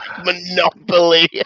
monopoly